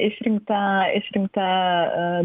išrinkta išrinkta